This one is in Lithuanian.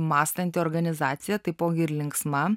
mąstanti organizacija taipogi ir linksma